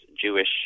Jewish